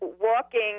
walking